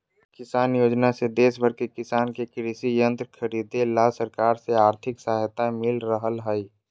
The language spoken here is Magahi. किसान योजना से देश भर के किसान के कृषि यंत्र खरीदे ला सरकार से आर्थिक सहायता मिल रहल हई